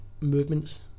movements